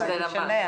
זה לא משנה.